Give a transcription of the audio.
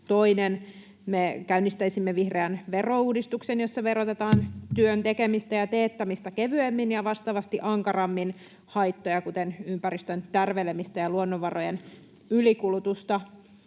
toinen. Me käynnistäisimme vihreän verouudistuksen, jossa verotetaan työn tekemistä ja teettämistä kevyemmin ja vastaavasti ankarammin haittoja kuten ympäristön tärvelemistä ja luonnonvarojen ylikulutusta.